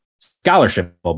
scholarship